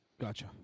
Gotcha